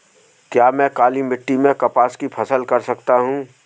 क्या मैं काली मिट्टी में कपास की फसल कर सकता हूँ?